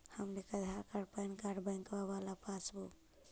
हम लेकर Aadhaar card PAN card बैंकवा वाला पासबुक?